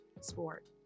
sport